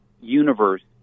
universe